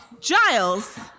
Giles